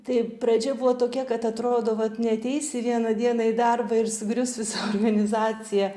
tai pradžia buvo tokia kad atrodo vat neateisi vieną dieną į darbą ir sugrius visa organizacija